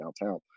downtown